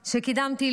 שקידמתי,